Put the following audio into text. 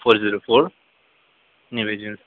four zero four new agency